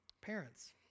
Parents